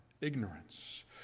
ignorance